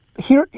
here,